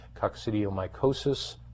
coccidiomycosis